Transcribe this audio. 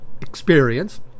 experience